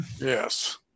Yes